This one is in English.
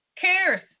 cares